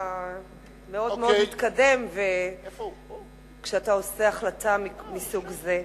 המאוד-מאוד מתקדם כשאתה עושה החלטה מסוג זה.